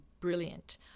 brilliant